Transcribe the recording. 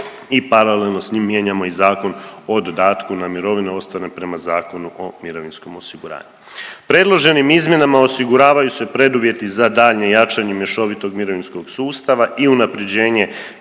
i paralelno s njim mijenjamo i Zakon o dodatku na mirovine ostvarene prema Zakonu o mirovinskom osiguranju. Predloženim izmjenama osiguravaju se preduvjeti za daljnje jačanje mješovitog mirovinskog sustava i unapređenje